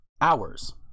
Hours